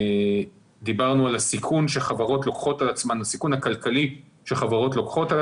שדיברנו על הסיכון הכלכלי שחברות לוקחות על